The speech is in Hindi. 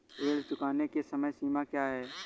ऋण चुकाने की समय सीमा क्या है?